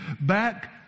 back